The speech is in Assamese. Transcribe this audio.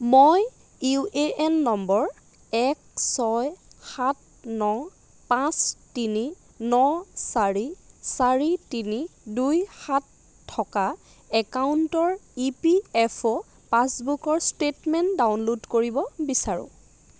মই ইউ এ এন নম্বৰ এক ছয় সাত ন পাঁচ তিনি ন চাৰি চাৰি তিনি দুই সাত থকা একাউণ্টৰ ই পি এফ অ' পাছবুকৰ ষ্টেটমেণ্ট ডাউনলোড কৰিব বিচাৰোঁ